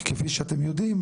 כי כפי שאתם יודעים,